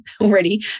already